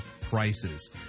prices